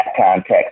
context